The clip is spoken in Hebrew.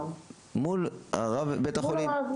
מול רב בית החולים.